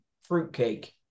fruitcake